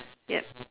yup